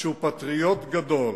שהוא פטריוט גדול,